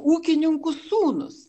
ūkininkų sūnus